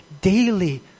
daily